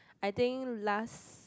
I think last